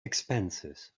expenses